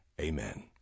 Amen